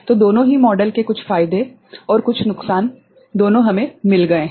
तो दोनों ही मॉडल के कुछ फायदे और नुकसान दोनों हमें मिल गए हैं